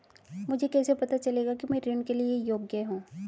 मुझे कैसे पता चलेगा कि मैं ऋण के लिए योग्य हूँ?